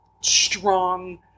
strong